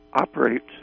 operates